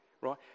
right